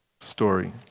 story